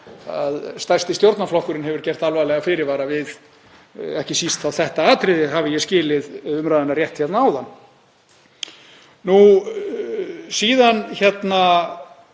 að stærsti stjórnarflokkurinn hefur gert alvarlega fyrirvara við málið, ekki síst þetta atriði hafi ég skilið umræðuna rétt hérna áðan. Síðan getum